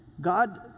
God